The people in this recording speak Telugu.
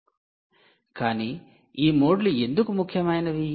కానీ ఈ మోడ్లు ఎందుకు ముఖ్యమైనవి